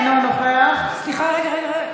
אינו נוכח סליחה, רגע, רגע, רגע.